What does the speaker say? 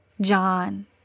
John